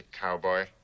Cowboy